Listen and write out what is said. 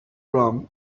rum